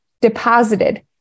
deposited